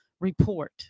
report